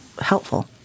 helpful